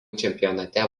čempionate